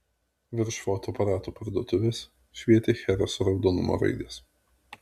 virš fotoaparatų parduotuvės švietė chereso raudonumo raidės